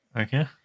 Okay